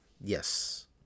Yes